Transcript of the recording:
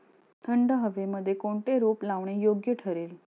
थंड हवेमध्ये कोणते रोप लावणे योग्य ठरेल?